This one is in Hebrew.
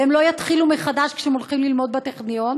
והם לא יתחילו מחדש כשהם הולכים ללמוד בטכניון.